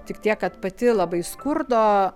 tik tiek kad pati labai skurdo